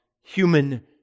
human